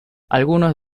algunos